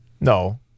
No